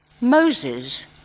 Moses